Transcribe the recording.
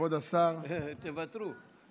כבוד השר, האמת,